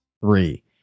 Three